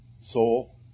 Soul